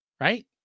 Right